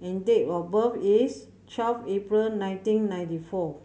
and date of birth is twelve April nineteen ninety four